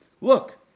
Look